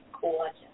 gorgeous